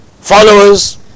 followers